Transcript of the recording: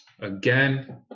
Again